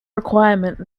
requirement